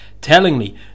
Tellingly